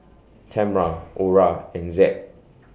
Tamra Orah and Zed